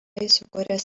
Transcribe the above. įsikūręs